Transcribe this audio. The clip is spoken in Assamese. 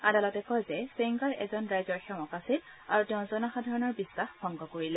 আদালতে কয় যে ছেংগাৰ এজন ৰাইজৰ সেৱক আছিল আৰু তেওঁ জনসাধাৰণৰ বিশ্বাস ভংগ কৰিলে